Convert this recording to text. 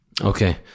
Okay